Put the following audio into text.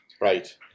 Right